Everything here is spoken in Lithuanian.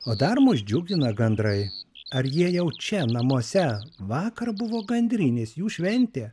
o dar mus džiugina gandrai ar jie jau čia namuose vakar buvo gandrinės jų šventė